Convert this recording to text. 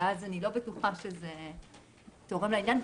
אז אני לא בטוחה שזה תורם לעניין.